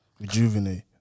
rejuvenate